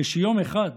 כשיום אחד